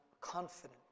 confident